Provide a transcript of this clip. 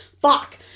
Fuck